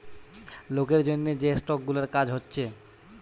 লোকের জন্যে যে স্টক গুলার কাজ হচ্ছে